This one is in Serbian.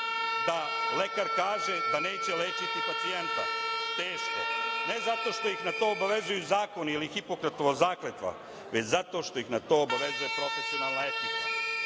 da lekar kaže da neće lečiti pacijenta, teško, ne zato što ga na to obavezuju zakoni ili Hipokratova zakletva, već zato što ih na to obavezuje profesionalna etika. Ništa